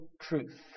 truth